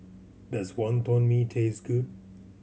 does Wonton Mee taste good